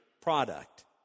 product